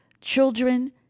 children